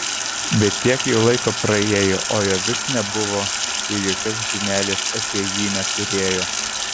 bet tiek jau laiko praėjo o jo vis nebuvo ir jokios žinelės apie jį neturėjo